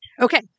Okay